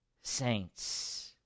saints